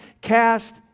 cast